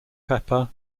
pepper